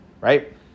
right